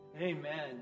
Amen